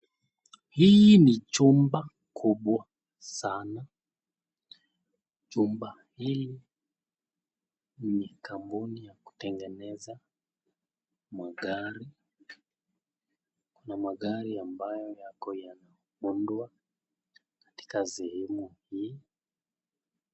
Hii ni chumba kubwa sana. Chumba hili ni kampuni ya kutegeneza magari na magari ambayo yako yameundwa katika sehemu hii.